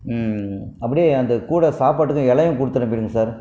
அப்படியே இந்தக் கூட சாப்பாட்டுக்கும் இலையும் கொடுத்து அனுப்பிவிடுங்க சார்